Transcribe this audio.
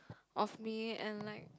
of me and like